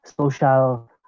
social